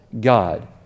God